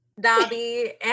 Dobby